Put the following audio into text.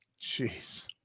Jeez